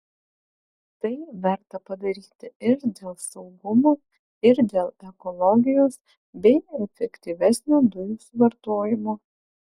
tai verta padaryti ir dėl saugumo ir dėl ekologijos bei efektyvesnio dujų suvartojimo